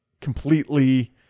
completely